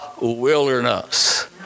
wilderness